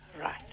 Right